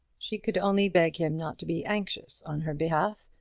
she could only beg him not to be anxious on her behalf,